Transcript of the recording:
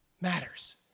matters